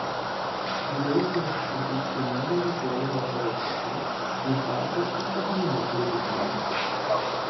judaizmas ir krikščionybė nutolo nuo savo šaknų ir tapo įsakmiomis religijomis